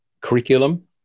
curriculum